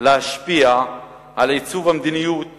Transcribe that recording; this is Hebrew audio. להשפיע על עיצוב המדיניות